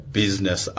business